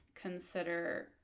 consider